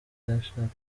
yashakanye